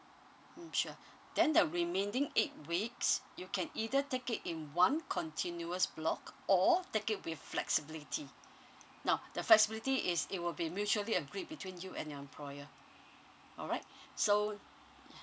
mm sure then the remaining eight weeks you can either take it in one continuous block or take it with flexibility now the flexibility is it will be mutually agreed between you and your employer alright so